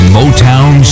Motown